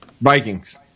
Vikings